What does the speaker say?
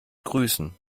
grüßen